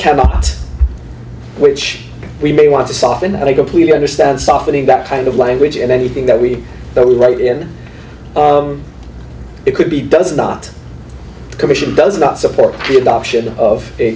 cannot which we may want to soften and i completely understand softening that kind of language and anything that we that we write in it could be does not commission does not support the adoption of a